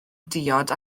diod